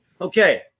Okay